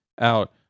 out